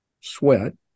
sweat